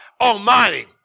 Almighty